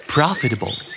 Profitable